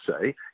say